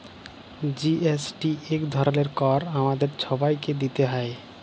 GST ইক ধরলের কর আমাদের ছবাইকে দিইতে হ্যয়